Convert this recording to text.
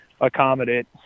accommodate